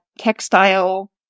textile